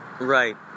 Right